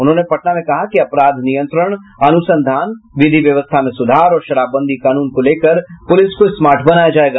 उन्होंने पटना में कहा कि अपराध नियंत्रण अनुसंधान विधि व्यवस्था में सुधार और शराबबंदी कानून को लेकर पुलिस को स्मार्ट बनाया जायेगा